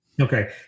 Okay